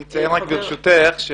ברשותך,